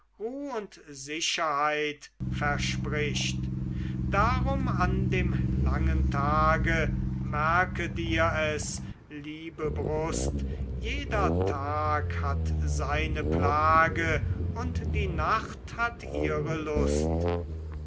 und sicherheit verspricht darum an dem langen tage merke dir es liebe brust jeder tag hat seine plage und die nacht hat ihre lust